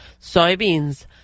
Soybeans